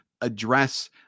address